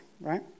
right